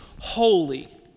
holy